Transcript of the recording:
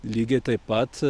lygiai taip pat